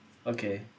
okay